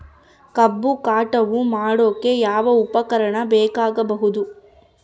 ಕಬ್ಬು ಕಟಾವು ಮಾಡೋಕೆ ಯಾವ ಉಪಕರಣ ಬೇಕಾಗಬಹುದು?